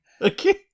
Okay